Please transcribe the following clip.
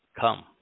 Come